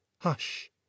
hush